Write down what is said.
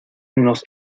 nos